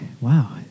Wow